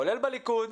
כולל הליכוד,